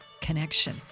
connection